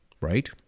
right